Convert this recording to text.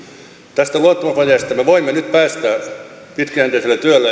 tästä luottamusvajeesta me voimme nyt päästä pitkäjänteisellä työllä